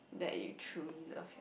that you truly love your